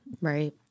Right